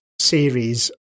series